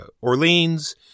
orleans